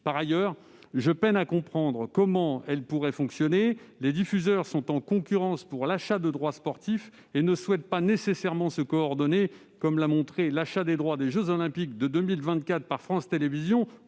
Par ailleurs, je peine à comprendre comment cette instance fonctionnerait : les diffuseurs sont en concurrence pour l'achat de droits sportifs et ne souhaitent pas nécessairement se coordonner, comme l'a montré l'achat des droits des jeux Olympiques de 2024 par France Télévisions